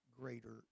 greater